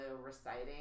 reciting